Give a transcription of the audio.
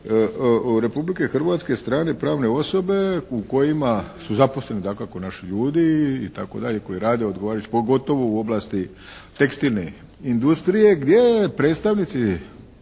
Republike Hrvatske strane pravne osobe u kojima su zaposleni dakako naši ljudi itd. koji rade, pogotovo u oblasti tekstilne industrije gdje predstavnici